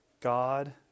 God